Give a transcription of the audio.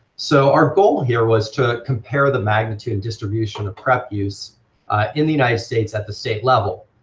so our goal here was to compare the magnitude and distribution of prep use in the united states at the state level,